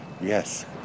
Yes